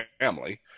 family